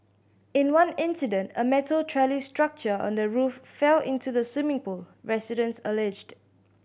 in one incident a metal trellis structure on the roof fell into the swimming pool residents alleged